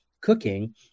cooking